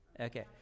Okay